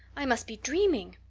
i must be dreaming.